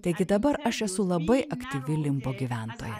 taigi dabar aš esu labai aktyvi limbo gyventojai